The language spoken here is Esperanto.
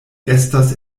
estas